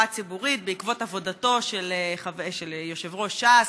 הציבורית בעקבות עבודתו של יושב-ראש ש"ס,